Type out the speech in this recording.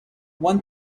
one